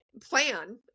plan